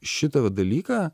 šitą va dalyką